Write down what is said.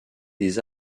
des